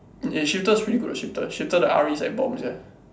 eh shiphtur pretty good leh shiphtur sia